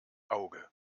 auge